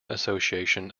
association